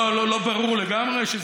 לא ברור לגמרי?